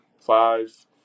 five